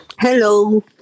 hello